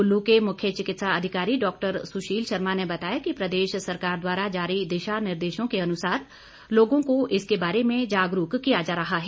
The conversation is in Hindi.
कुल्लू के मुख्य चिकित्सा अधिकारी डॉ सुशील शर्मा ने बताया कि प्रदेश सरकार द्वारा जारी दिशा निर्देशों के अनुसार लोगों को इसके बारे में जागरूक किया जा रहा है